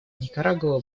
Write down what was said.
никарагуа